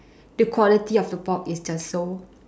the quality of the pork is just so